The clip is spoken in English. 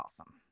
awesome